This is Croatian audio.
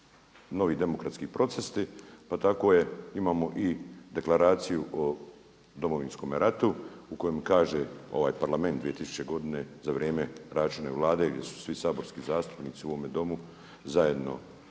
novi demokratski procesi pa tako imao i deklaraciju o Domovinskom ratu u kojem kaže ovaj Parlament 2000. godine za vrijeme Račanove vlade gdje su svi saborski zastupnici u ovome domu zajedno